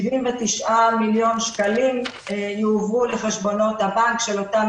79 מיליון שקלים יועברו לחשבונות הבנק של אותם